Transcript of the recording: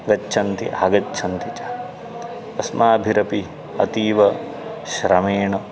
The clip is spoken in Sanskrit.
गच्छन्ति आगच्छन्ति च अस्माभिरपि अतीव श्रमेण